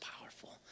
powerful